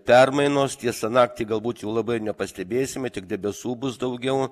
permainos tiesa naktį galbūt jų labai ir nepastebėsime tik debesų bus daugiau